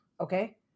okay